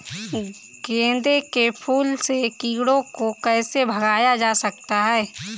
गेंदे के फूल से कीड़ों को कैसे भगाया जा सकता है?